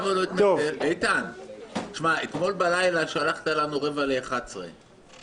איתן, אתמול בלילה שלחת לנו שהישיבה ב-10:45.